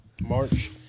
March